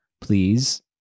please